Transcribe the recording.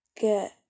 Get